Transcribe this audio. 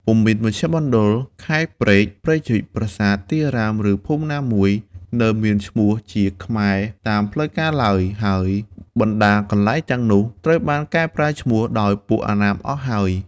ពុំមានមជ្ឈមណ្ឌល ខេត្ត ព្រែក ព្រែកជីក ប្រាសាទ ទីអារ៉ាម ឬភូមិណាមួយ នៅមានឈ្មោះជាខ្មែរតាមផ្លូវការឡើយ ហើយបណ្តាកន្លែងទាំងនោះត្រូវបានកែប្រែឈ្មោះដោយពួកអណ្ណាមអស់ហើយ ។